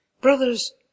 Brothers